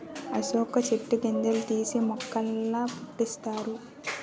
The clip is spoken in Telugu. అశోక చెట్టు గింజలు తీసి మొక్కల పుట్టిస్తారు